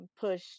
push